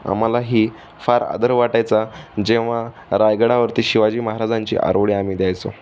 आम्हाला ही फार आदर वाटायचा जेव्हा रायगडावरती शिवाजी महाराजांची आरोळी आम्ही द्यायचो